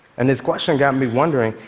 and his question got me wondering,